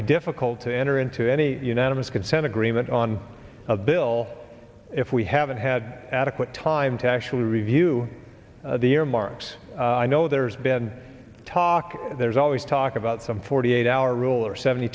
be difficult to enter into any unanimous consent agreement on a bill if we haven't had adequate time to actually review the earmarks i know there's been talk there's always talk about some forty eight hour rule or seventy